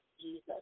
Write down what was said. Jesus